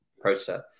process